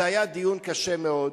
זה היה דיון קשה מאוד,